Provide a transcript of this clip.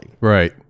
Right